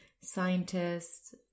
scientists